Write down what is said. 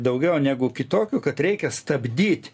daugiau negu kitokių kad reikia stabdyt